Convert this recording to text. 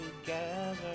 together